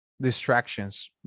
distractions